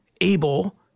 able